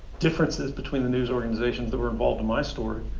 differences between the news organizations that were involved in my story.